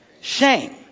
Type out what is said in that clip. Shame